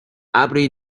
ابری